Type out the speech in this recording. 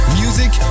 music